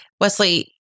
Wesley